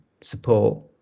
support